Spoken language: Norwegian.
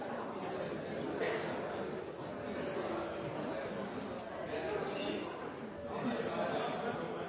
for han er